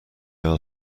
are